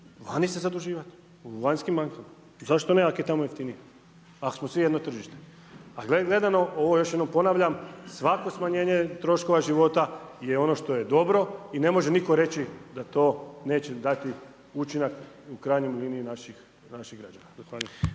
vani se zaduživat, u vanjskim bankama, zašto ne ako je tamo jeftinije, ako smo svi jedno tržište. A gledano, ovo još jednom ponavljam, svako smanjenje troškova života je ono što je dobro i ne može nitko reći da to neće dati učinak u krajnjoj liniji naših građana.